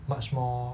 much more